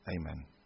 Amen